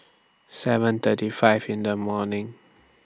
seven thirty five in The morning